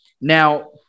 Now